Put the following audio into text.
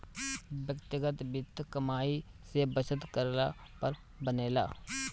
व्यक्तिगत वित्त कमाई से बचत करला पर बनेला